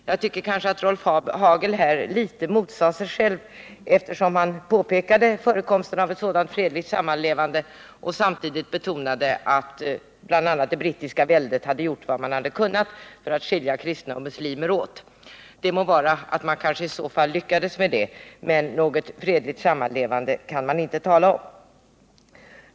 Jag tycker att Rolf Hagel litet motsade sig själv, eftersom han pekade på förekomsten av ett sådant fredligt sammanlevande och samtidigt betonade att bl.a. det brittiska väldet hade gjort vad det kunnat för att skilja kristna och muslimer åt. Det må vara att detta i så fall lyckades, men något fredligt sammanlevande kan man inte tala om.